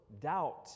doubt